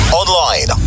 online